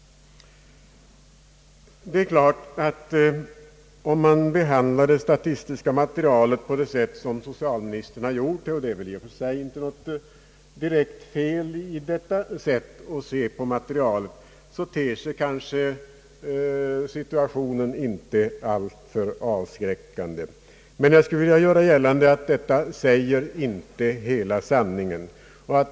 Det är klart att om det statistiska materialet behandlas på det sätt socialministern har gjort — och det är väl i och för sig inte direkt något fel i detta sätt att se på det — ter sig situationen kanske inte alltför avskräckande, men jag skulle vilja göra gällande att detta inte ger hela sanningen.